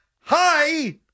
Hi